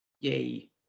yay